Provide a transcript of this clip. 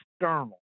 external